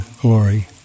glory